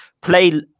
play